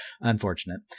Unfortunate